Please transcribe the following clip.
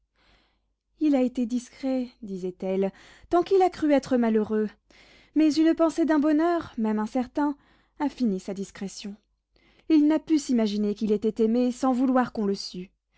il a été discret disait-elle tant qu'il a cru être malheureux mais une pensée d'un bonheur même incertain a fini sa discrétion il n'a pu s'imaginer qu'il était aimé sans vouloir qu'on le sût